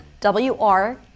W-r